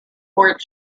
fort